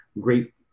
great